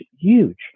huge